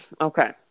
okay